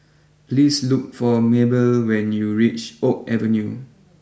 please look for Maybelle when you reach Oak Avenue